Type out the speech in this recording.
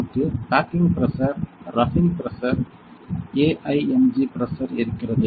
நமக்கு backing pressure ரஃபிங் pressure AIMG pressure இருக்கிறது